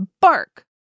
bark